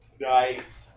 Nice